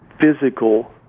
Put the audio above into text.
physical